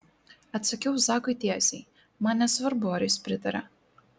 atsakiau zakui tiesiai man nesvarbu ar jis pritaria